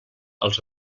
els